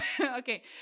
Okay